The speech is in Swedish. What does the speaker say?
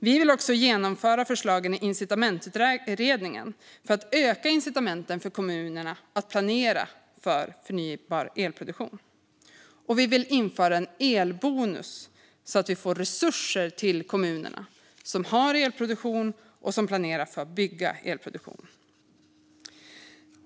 Vi vill också genomföra förslagen i Incitamentsutredningen för att öka incitamenten för kommunerna att planera för förnybar elproduktion. Vi vill också införa en elbonus så att vi får resurser till de kommuner som har elproduktion och som planerar för att bygga elproduktion.